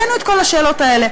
העלינו את כל השאלות האלה,